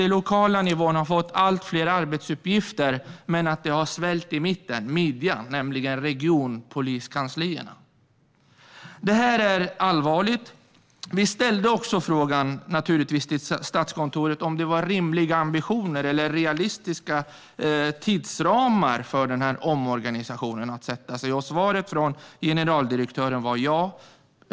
Den lokala nivån har fått allt fler arbetsuppgifter, men det har svällt i midjan, nämligen på regionpoliskanslierna. Detta är allvarligt. Vi ställde också frågan till Statskontoret om det var rimliga ambitioner eller realistiska tidsramar för omorganisationen att sätta sig. Svaret från generaldirektören var ja.